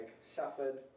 suffered